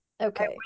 Okay